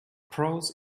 pros